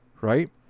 Right